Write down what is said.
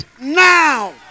now